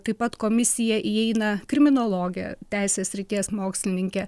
taip pat komisiją įeina kriminologė teisės srities mokslininkė